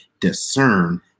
discern